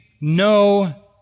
no